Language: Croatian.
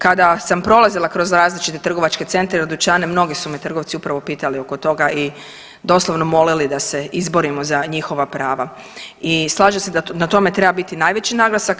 Kada sam prolazila kroz različite trgovačke centre i dućane mnogi su me trgovci upravo pitali oko toga i doslovno molili da se izborimo za njihova prava i slažem se da na tom treba biti najveći naglasak.